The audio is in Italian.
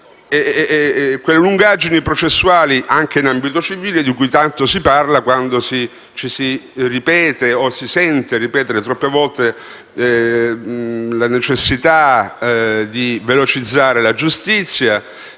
di quelle lungaggini processuali anche in ambito civile di cui tanto si parla quando si sente ripetere, troppe volte, che vi è necessità di velocizzare la giustizia,